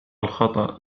الخطأ